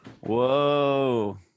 Whoa